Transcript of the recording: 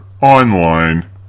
online